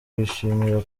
wishimira